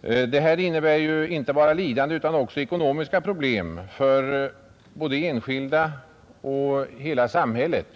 Detta innebär inte bara lidande utan också ekonomiska problem både för enskilda och för hela samhället.